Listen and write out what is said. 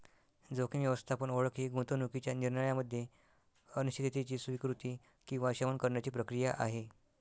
जोखीम व्यवस्थापन ओळख ही गुंतवणूकीच्या निर्णयामध्ये अनिश्चिततेची स्वीकृती किंवा शमन करण्याची प्रक्रिया आहे